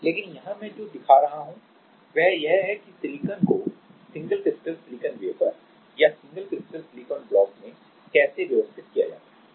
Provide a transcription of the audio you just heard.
तो लेकिन यहां मैं जो दिखा रहा हूं वह यह है कि सिलिकॉन को सिंगल क्रिस्टल सिलिकॉन वेफर या सिंगल क्रिस्टल सिलिकॉन ब्लॉक में कैसे व्यवस्थित किया जाता है